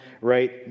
right